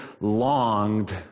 longed